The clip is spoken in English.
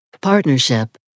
partnership